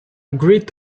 agreed